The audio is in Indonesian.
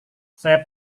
saya